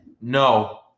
No